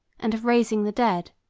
and of raising the dead.